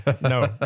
No